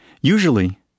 Usually